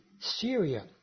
Syria